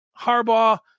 Harbaugh